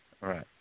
right